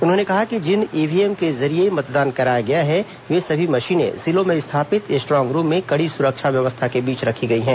उन्होंने कहा कि जिन ईव्हीएम के जरिये मतदान कराया गया है वे सभी मशीनें जिलों में स्थापित स्ट्रांग रूम में कड़ी सुरक्षा व्यवस्था के बीच रखी गई है